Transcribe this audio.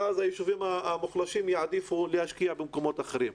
ואז היישובים המוחלשים יעדיפו להשקיע במקומות אחרים.